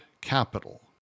capital